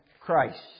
Christ